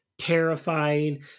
terrifying